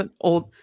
old